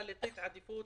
הן משרות חדשות,